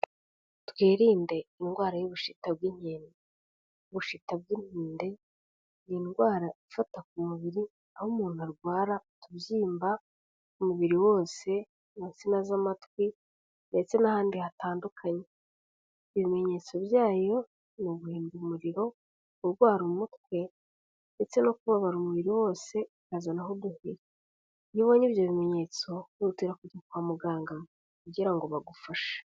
Twirinde indwara y'ubushita bw'inkende. Ubushita bw'inkende, ni indwara ifata ku mubiri, aho umuntu arwara utubyimba ku mubiri wose, mu nsina z'amatwi, ndetse n'ahandi hatandukanye. Ibimenyetso byayo, ni uguhinda umuriro, kurwara umutwe, ndetse no kubabara umubiri wose, ukazanaho uduheri. Iyo ubonye ibyo bimenyetso, wihutira kujya kwa muganga, kugira ngo bagufashe.